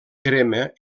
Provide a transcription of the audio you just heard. crema